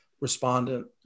respondent